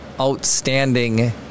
outstanding